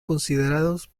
considerados